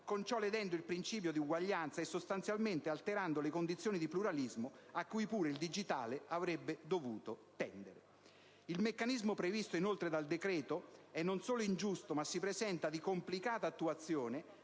Si lede così il principio di uguaglianza e, sostanzialmente, si alterano le condizioni di pluralismo a cui pure il digitale avrebbe dovuto tendere. Il meccanismo previsto dal decreto non solo è ingiusto, ma si presenta di complicata attuazione,